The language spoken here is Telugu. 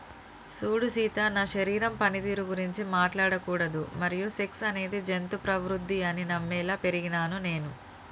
సూడు సీత నా శరీరం పనితీరు గురించి మాట్లాడకూడదు మరియు సెక్స్ అనేది జంతు ప్రవుద్ది అని నమ్మేలా పెరిగినాను నేను